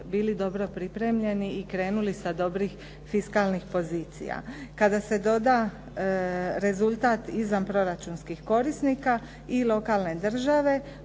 bili dobro pripremljeni i krenuli sa dobrih fiskalnih pozicija. Kada se doda rezultat izvanproračunskih korisnika i lokalne države,